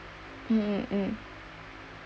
mm mm mm